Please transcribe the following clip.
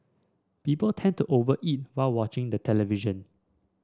people tend to over eat while watching the television